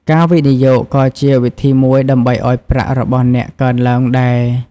ការវិនិយោគក៏ជាវិធីមួយដើម្បីឲ្យប្រាក់របស់អ្នកកើនឡើងដែរ។